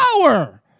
power